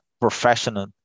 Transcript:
professional